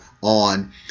on